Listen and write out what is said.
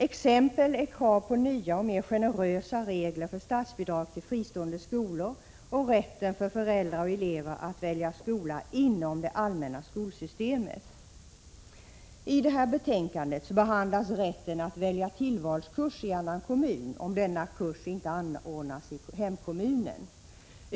Exempel är krav på nya och mer generösa regler för statsbidrag till fristående skolor samt rätten för föräldrar och elever att välja skola inom det allmänna skolsystemet. I detta betänkande behandlas rätten att välja tillvalskurs i annan kommun om denna kurs inte anordnas i hemkommunen.